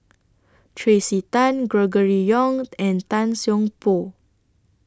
Tracey Tan Gregory Yong and Tan Seng Poh